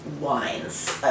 wines